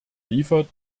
liefert